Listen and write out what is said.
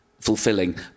fulfilling